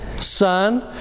Son